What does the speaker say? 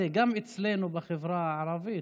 גם אצלנו בחברה הערבית